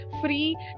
free